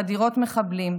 חדירות מחבלים,